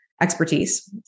expertise